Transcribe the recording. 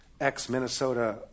ex-Minnesota